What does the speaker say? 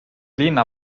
linna